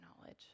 knowledge